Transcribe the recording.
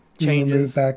changes